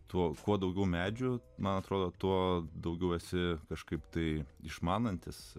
tuo kuo daugiau medžių man atrodo tuo daugiau esi kažkaip tai išmanantis